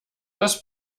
das